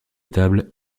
table